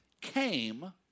came